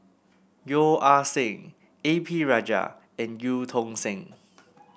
Yeo Ah Seng A P Rajah and Eu Tong Sen